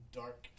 dark